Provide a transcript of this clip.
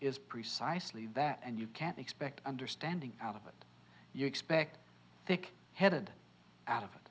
is precisely that and you can't expect understanding out of it you expect thick headed out of it